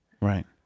right